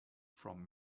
from